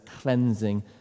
cleansing